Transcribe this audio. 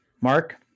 Mark